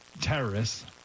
terrorists